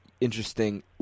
interesting